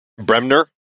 Bremner